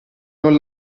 non